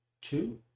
Two